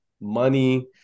Money